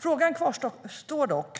Frågan kvarstår dock